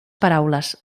paraules